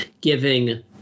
giving